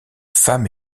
femme